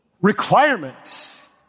requirements